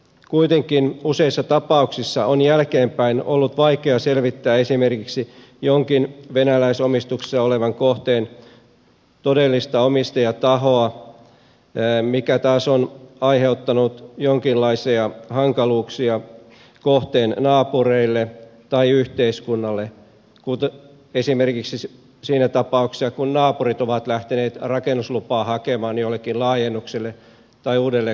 kuitenkin useissa tapauksissa on jälkeenpäin ollut vaikea selvittää esimerkiksi jonkin venäläisomistuksessa olevan kohteen todellista omistajatahoa mikä taas on aiheuttanut jonkinlaisia hankaluuksia kohteen naapureille tai yhteiskunnalle esimerkiksi siinä tapauksessa kun naapurit ovat lähteneet hakemaan rakennuslupaa jollekin laajennukselle tai uudelle kohteelle siinä